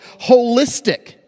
holistic